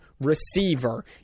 receiver